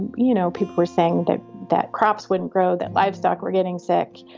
you know, people were saying that that crops wouldn't grow, that livestock were getting sick.